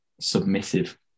submissive